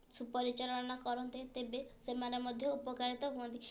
ସୁପରିଚାଳନା କରନ୍ତେ ତେବେ ସେମାନେ ମଧ୍ୟ ଉପକାରିତା ହୁଅନ୍ତେ